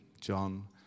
John